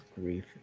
grief